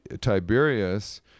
Tiberius